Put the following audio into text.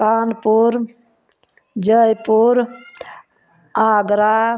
Kanpur Jaipur Agra